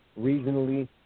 regionally